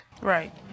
Right